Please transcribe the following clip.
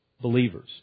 believers